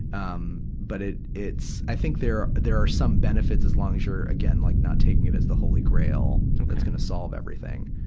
um but it, it's, i think there are, there are some benefits as long as you're, again, like not taking it as the holy grail that's gonna solve everything.